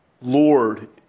Lord